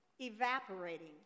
evaporating